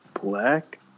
Black